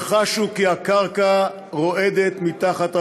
שחשו כי הקרקע רועדת מתחת לרגליהם.